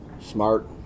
smart